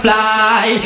Fly